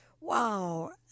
wow